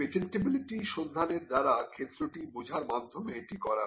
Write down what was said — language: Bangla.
পেটেন্টিবিলিটি সন্ধানের দ্বারা ক্ষেত্রটি বোঝার মাধ্যমে এটি করা হয়